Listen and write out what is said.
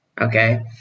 okay